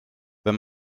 wenn